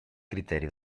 criteri